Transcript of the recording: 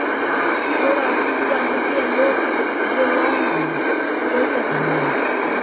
গাড়ি ঘোড়া কিনবার লিগে লোক যে লং লইতেছে